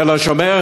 תל-השומר,